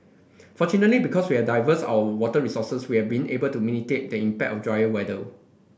fortunately because we're diverse our water resources we have been able to the impact of drier weather